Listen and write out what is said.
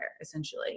essentially